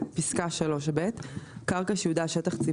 (3)מיתקן הגז יוקם בשטח הצרכן או בקרקע שייעודה הוא אחד